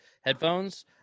headphones